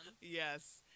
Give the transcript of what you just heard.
Yes